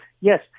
yes